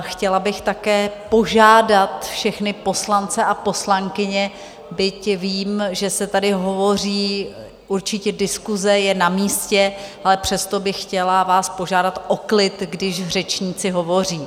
Chtěla bych také požádat všechny poslance a poslankyně, byť vím, že se tady hovoří, určitě diskuse je na místě, ale přesto bych chtěla vás požádat o klid, když řečníci hovoří.